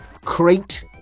Crate